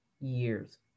years